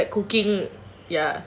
yup but she's like cooking ya